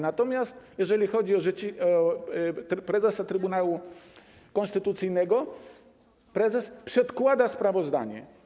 Natomiast jeżeli chodzi o prezesa Trybunału Konstytucyjnego, prezes przedkłada sprawozdanie.